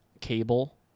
cable